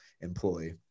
employee